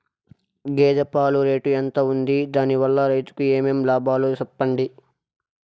గేదె పాలు రేటు ఎంత వుంది? దాని వల్ల రైతుకు ఏమేం లాభాలు సెప్పండి?